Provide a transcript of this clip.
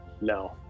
No